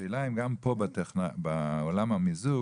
השאלה היא אם גם פה בעולם המיזוג,